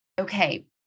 okay